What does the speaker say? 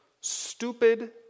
stupid